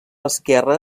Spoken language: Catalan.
esquerre